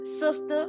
sister